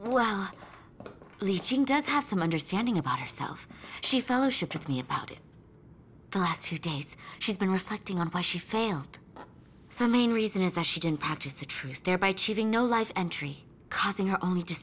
leaching does have some understanding about herself she fellowship with me about it the last few days she's been reflecting on why she failed the main reason is that she didn't practice the truth thereby achieving no life entry causing her only to